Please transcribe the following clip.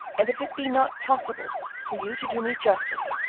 and if it be not possible for you to do me justice,